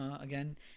again